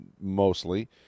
mostly